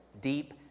deep